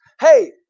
hey